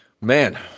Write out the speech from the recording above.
Man